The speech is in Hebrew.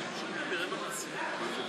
איתך יהיה שלום?